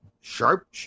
sharp